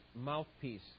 mouthpiece